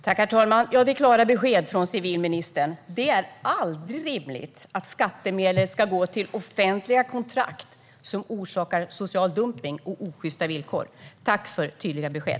Herr talman! Det är klara besked från civilministern: Det är aldrig rimligt att skattemedel ska gå till offentliga kontrakt som orsakar social dumpning och osjysta villkor. Tack för tydliga besked!